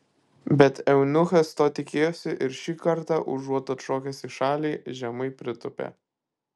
bet eunuchas to tikėjosi ir šį kartą užuot atšokęs į šalį žemai pritūpė